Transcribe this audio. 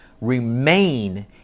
Remain